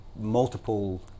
multiple